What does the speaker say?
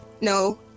No